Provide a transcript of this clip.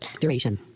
duration